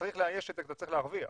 צריך לאייש כי אתה צריך להרוויח.